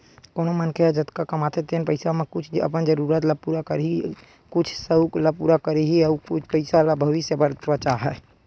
कोनो मनखे ह जतका कमाथे तेने पइसा म कुछ अपन जरूरत ल पूरा करही, कुछ सउक ल पूरा करही अउ कुछ पइसा ल भविस्य बर बचाही